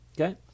Okay